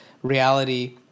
reality